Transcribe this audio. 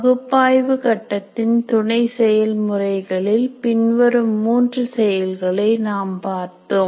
பகுப்பாய்வு கட்டத்தின் துணை செயல்முறைகளில் பின்வரும் மூன்று செயல்களை நாம் பார்த்தோம்